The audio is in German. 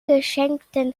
geschenkten